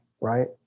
right